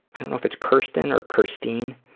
i don't know if it's kersten, or kersteen,